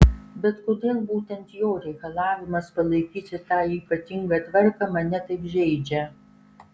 bet kodėl būtent jo reikalavimas palaikyti tą ypatingą tvarką mane taip žeidžia